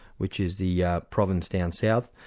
which is the yeah province down south,